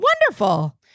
Wonderful